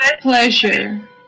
pleasure